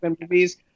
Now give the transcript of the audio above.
movies